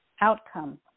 outcome